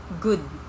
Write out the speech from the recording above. good